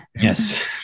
Yes